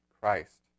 Christ